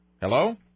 Hello